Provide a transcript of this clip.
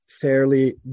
fairly